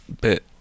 bit